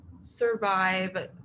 survive